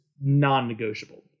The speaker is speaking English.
non-negotiable